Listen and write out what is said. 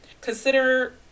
Consider